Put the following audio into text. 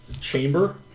chamber